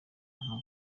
nko